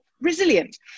resilient